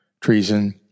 treason